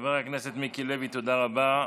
חבר הכנסת מיקי לוי, תודה רבה.